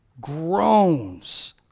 groans